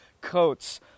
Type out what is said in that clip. coats